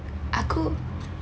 aku